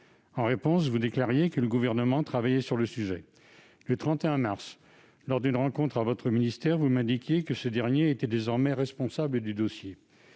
d'État, vous déclariez que le Gouvernement travaillait sur le sujet. Le 31 mars, lors d'une rencontre à votre secrétariat d'État, vous m'indiquiez que ce dernier était désormais chargé de ce dossier.